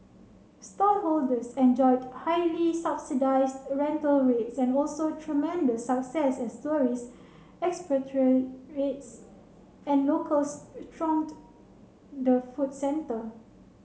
stallholders enjoyed highly subsidised rental rates and also tremendous success as tourists expatriates and locals thronged the food centre